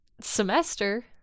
semester